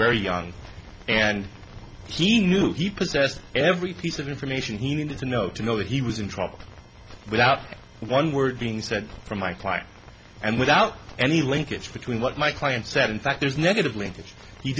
very young and he knew he possessed every piece of information he needed to know to know that he was in trouble without one word being said from my client and without any linkage between what my client said in fact there's negatively